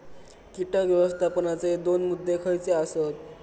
कीटक व्यवस्थापनाचे दोन मुद्दे खयचे आसत?